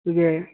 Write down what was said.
تو یہ